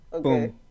Boom